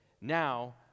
Now